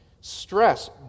Stress